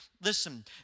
listen